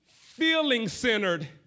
feeling-centered